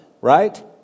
right